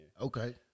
Okay